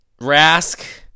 Rask